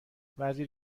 وزیر